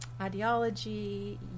ideology